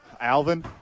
Alvin